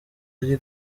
ari